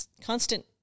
constant